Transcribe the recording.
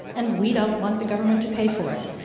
and we don't want the government to pay for it.